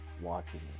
watching